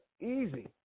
easy